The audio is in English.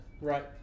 Right